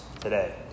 today